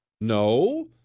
No